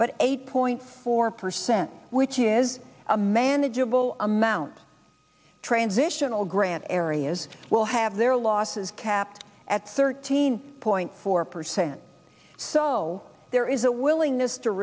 but eight point four percent which is a manageable amount transitional grant areas will have their losses capped at thirteen point four percent so there is a willingness to